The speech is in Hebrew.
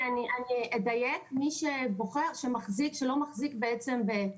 אני אדייק, מי שבוחר או שלא מחזיק בעצם בתו ירוק.